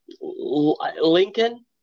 lincoln